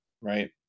right